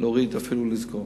להוריד ואפילו לסגור.